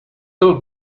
ill